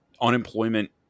unemployment